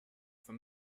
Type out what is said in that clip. for